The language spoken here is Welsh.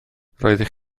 roeddech